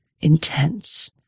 Intense